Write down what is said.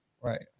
right